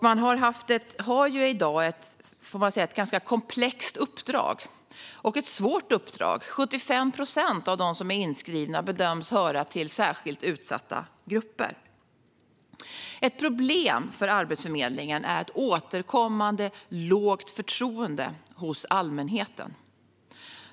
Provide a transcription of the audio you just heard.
Man har i dag ett ganska komplext och svårt uppdrag. 75 procent av dem som är inskrivna bedöms höra till särskilt utsatta grupper. Ett problem för Arbetsförmedlingen är ett återkommande lågt förtroende hos allmänheten.